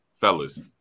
Fellas